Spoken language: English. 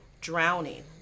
drowning